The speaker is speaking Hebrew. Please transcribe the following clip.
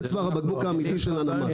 זה צוואר הבקבוק האמיתי של הנמל.